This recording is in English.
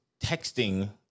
texting